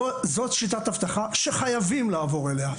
זאת שיטת אבטחה, שחייבים לעבור אליה.